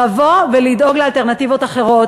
לבוא ולדאוג לאלטרנטיבות אחרות.